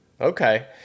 Okay